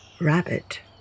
Rabbit